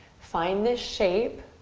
find this shape.